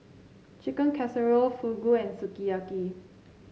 Chicken Casserole Fugu and Sukiyaki